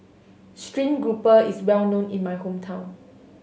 stream grouper is well known in my hometown